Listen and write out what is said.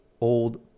old